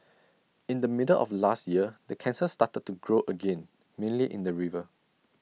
in the middle of last year the cancer started to grow again mainly in the river